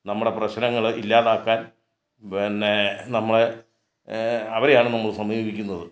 നമ്മടെ പ്രശ്നങ്ങൾ ഇല്ലാതാക്കാൻ പിന്നെ നമ്മളെ അവരെയാണ് നമ്മൾ സമീപിക്കുന്നത്